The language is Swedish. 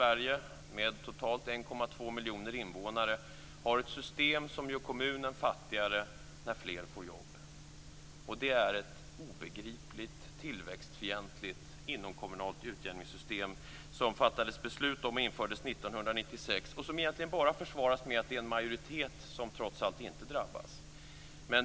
1,2 miljoner invånare, har ett system som gör kommunerna fattigare när fler får jobb. Det är ett obegripligt, tillväxtfientligt inomkommunalt utjämningssystem som det fattades beslut om och infördes 1996. Det försvaras bara med att en majoritet trots allt inte drabbas.